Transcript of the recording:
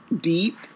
deep